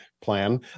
plan